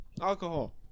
Alcohol